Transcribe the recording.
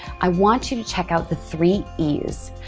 i want you to check out the three e's.